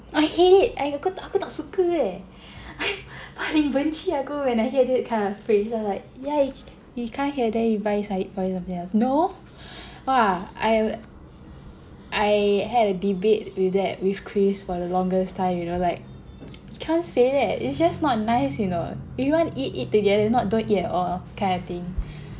I hate it I aku tak aku tak suka eh paling benci aku when I hear that kind of phrase then I'm like yeah you you can't eat here then we buy side for you or something else no !wah! I I had a debate with that with Chris for the longest time you know like can't say that it's just not nice you know if you want eat eat together if not don't eat it at all that kind of thing